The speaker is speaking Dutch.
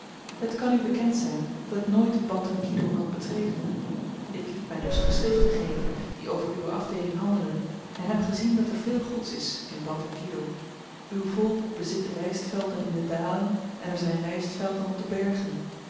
het kan u bekend zyn dat ik nooit bantan kidoel had betreden ik liet my dus geschriften geven die over uwe afdeeling handelen en heb gezien dat er veel goeds is in bantan kidoel uw volk bezit rystvelden in de dalen en er zyn rystvelden op de bergen